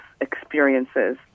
experiences